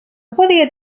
podia